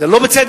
זה לא בצדק.